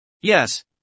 Yes